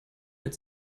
mehr